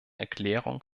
erklärung